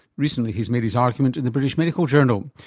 recently he's made his argument in the british medical journal.